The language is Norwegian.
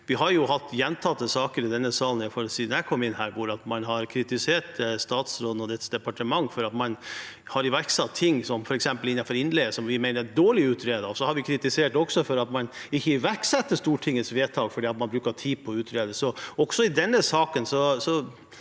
Vi har hatt gjentatte saker i denne salen, iallfall siden jeg kom inn, der man har kritisert statsråden og hennes departement for at man har iverksatt ting, f.eks. innenfor innleie, som vi mener er dårlig utredet, og vi har også kritisert det at man ikke iverksetter Stortingets vedtak fordi man bruker tid på å utrede.